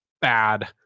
bad